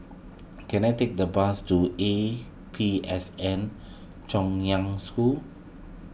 can I take a bus to A P S N Chaoyang School